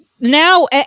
now